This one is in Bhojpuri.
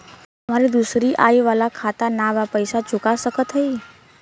हमारी दूसरी आई वाला खाता ना बा पैसा चुका सकत हई?